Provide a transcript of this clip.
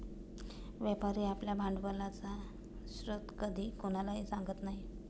व्यापारी आपल्या भांडवलाचा स्रोत कधीच कोणालाही सांगत नाही